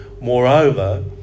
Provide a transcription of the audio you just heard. Moreover